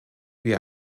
wir